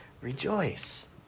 rejoice